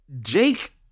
Jake